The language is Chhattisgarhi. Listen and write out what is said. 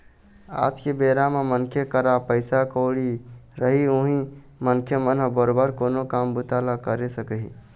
आज के बेरा म मनखे करा पइसा कउड़ी रही उहीं मनखे मन ह बरोबर कोनो काम बूता ल करे सकही